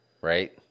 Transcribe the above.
Right